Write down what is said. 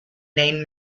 named